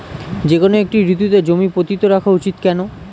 যেকোনো একটি ঋতুতে জমি পতিত রাখা উচিৎ কেন?